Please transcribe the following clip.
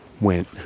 went